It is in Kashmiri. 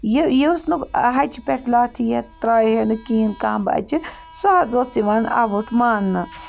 یہِ یُس نہٕ ہَچہِ پٮ۪ٹھ لَتھ یا ترٛایہِ ہا نہٕ کِہیٖنۍ کانٛہہ بَچہِ سُہ حظ اوس یِوان آوُٹ مانٛنہٕ